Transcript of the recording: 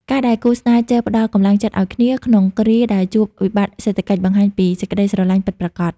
ការដែលគូស្នេហ៍ចេះ "ផ្ដល់កម្លាំងចិត្តឱ្យគ្នា" ក្នុងគ្រាដែលជួបវិបត្តិសេដ្ឋកិច្ច បង្ហាញពីសេចក្ដីស្រឡាញ់ពិតប្រាកដ។